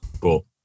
Cool